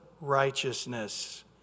righteousness